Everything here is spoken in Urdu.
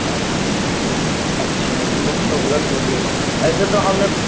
اوہ اچھا اسی وقت سہولت ہوگی ایسے تو ہم نے